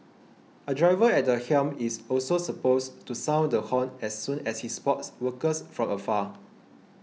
a driver at the helm is also supposed to sound the horn as soon as he spots workers from afar